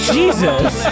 Jesus